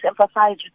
emphasize